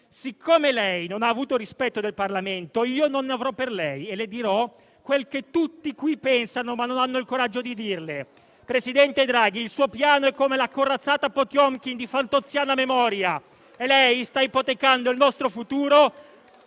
Siccome lei non ha avuto rispetto del Parlamento, io non ne avrò per lei e le dirò quel che tutti qui pensano ma non hanno il coraggio di dirle. Presidente Draghi, il suo Piano è come la corazzata Potëmkin di fantozziana memoria, e lei sta ipotecando il nostro futuro